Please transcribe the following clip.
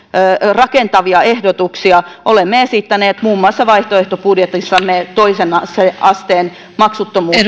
rakentavia ehdotuksia olemme esittäneet muun muassa vaihtoehtobudjetissamme toisen asteen maksuttomuutta